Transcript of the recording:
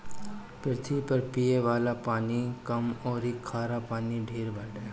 पृथ्वी पर पिये वाला पानी कम अउरी खारा पानी ढेर बाटे